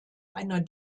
einer